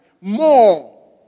more